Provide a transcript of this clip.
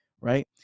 Right